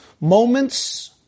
Moments